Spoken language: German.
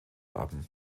haben